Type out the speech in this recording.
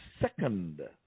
second